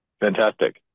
Fantastic